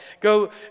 Go